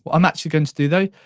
i'm actually going to do though,